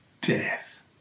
death